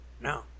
No